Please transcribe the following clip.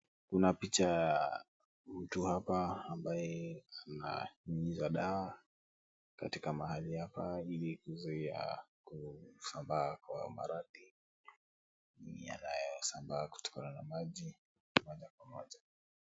Kuna picha ya mtu hapa ambaye ananyunyiza dawa katika mahali hapa ili kuzuia kusambaa kwa maradhi yanayosambaa kutokana na maji moja kwa moja.